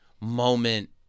moment